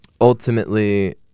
ultimately